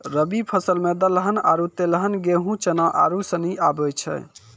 रवि फसल मे दलहन आरु तेलहन गेहूँ, चना आरू सनी आबै छै